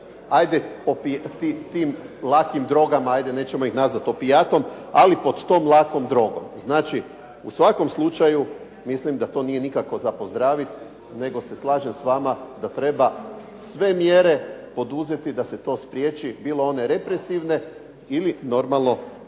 pod lakim drogama, nećemo ih nazvati opijatom, ali pod tom lakom drogom. Znači u svakom slučaju mislim da to nije nikako za pozdraviti, nego se slažem s vama da treba sve mjere poduzeti da se to spriječi bilo one represivne ili normalno